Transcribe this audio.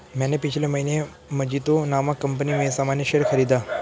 मैंने पिछले महीने मजीतो नामक कंपनी में सामान्य शेयर खरीदा